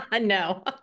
No